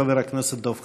חבר הכנסת דב חנין.